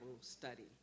study